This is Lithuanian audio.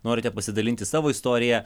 norite pasidalinti savo istorija